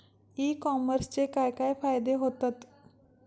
E कॉमर्सचे काय काय फायदे होतत?